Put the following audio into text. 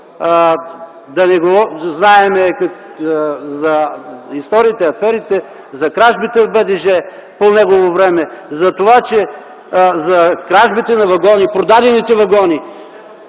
знаем за историите, за аферите, за кражбите в БДЖ по негово време, за кражбите на вагони, продадените вагони.